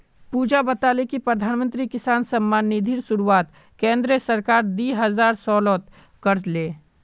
पुजा बताले कि प्रधानमंत्री किसान सम्मान निधिर शुरुआत केंद्र सरकार दी हजार सोलत कर ले